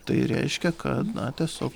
tai reiškia kad na tiesiog